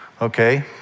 okay